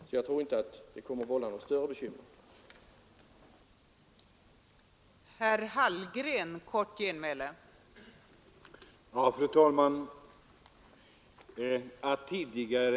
Jag tror därför inte att det kommer att vålla något större bekymmer den här gången heller.